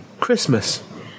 Christmas